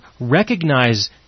recognize